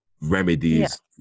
remedies